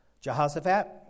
Jehoshaphat